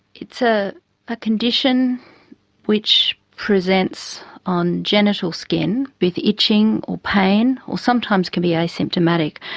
it's a ah condition which presents on genital skin with itching or pain or sometimes can be asymptomatic,